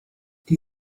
die